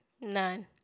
None